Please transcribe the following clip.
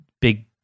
big